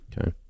Okay